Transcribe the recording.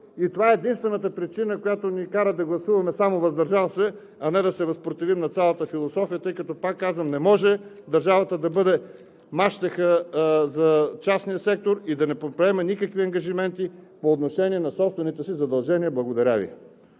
и това е единствената причина, която ни кара да гласуваме само „въздържал се“, а не да се възпротивим на цялата философия, тъй като, пак казвам, не може държавата да бъде мащеха за частния сектор и да не предприема никакви ангажименти по отношение на собствените си задължения. Благодаря Ви.